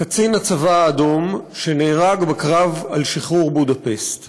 קצין בצבא האדום, שנהרג בקרב על שחרור בודפשט